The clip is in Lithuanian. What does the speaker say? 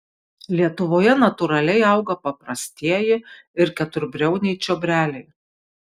lietuvoje natūraliai auga paprastieji ir keturbriauniai čiobreliai